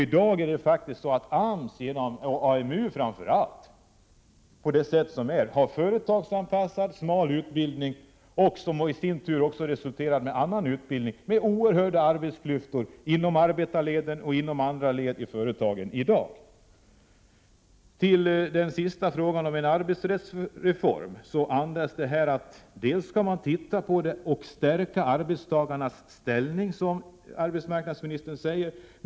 I dag har AMS och framför allt AMU företagsanpassad smal utbildning, som i sin tur, tillsammans med annan utbildning, resulterat i oerhörda arbetsklyftor inom arbetarleden och inom andra led i företagen. När det gäller frågan om en arbetsrättsreform säger arbetsmarknadsministern i svaret att man skall se närmare på den saken och stärka arbetstagarnas ställning.